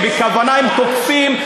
בכוונה הם תוקפים,